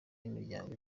imiryango